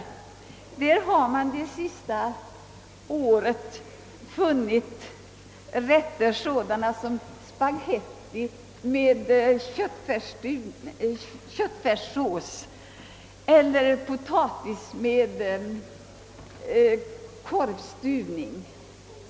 Under det senaste året har man där funnit sådana rätter som spaghetti med köttfärssås eller potatis med korvstuvning.